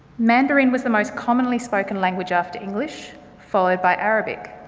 mandarin was the most commonly spoken language after english, followed by arabic.